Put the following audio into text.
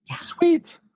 Sweet